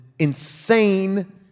insane